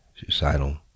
suicidal